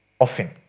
often